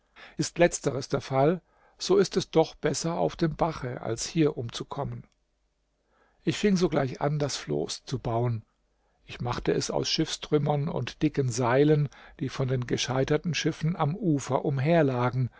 ist letzteres der fall so ist es doch besser auf dem bache als hier umzukommen ich fing sogleich an das floß zu bauen ich machte es aus schiffstrümmern und dicken seilen die von den gescheiterten schiffen am ufer umherlagen